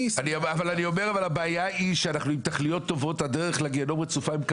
הכסף הזה בסוף יוצא מכיסם של התושבים בארנונה.